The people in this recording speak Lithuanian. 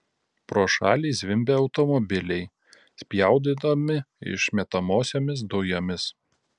pro šalį zvimbė automobiliai spjaudydami išmetamosiomis dujomis